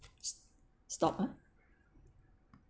stop ah